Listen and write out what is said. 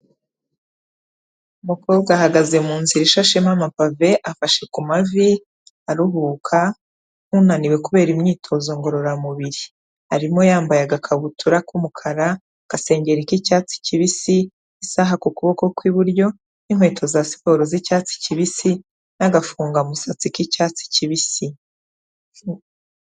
Umukobwa ahagaze mu nzira ishashemo amapave afashe ku mavi aruhuka, nk'unaniwe kubera imyitozo ngororamubiri, arimo yambaye agakabutura k'umukara, agasengeri k'icyatsi kibisi, isaha ku kuboko kw'iburyo n'inkweto za siporo z'icyatsi kibisi n'agafunga umusatsi k'icyatsi kibisi.